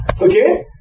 okay